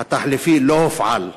החלופי לא הופעל.